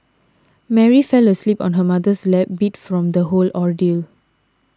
Mary fell asleep on her mother's lap beat from the whole ordeal